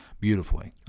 beautifully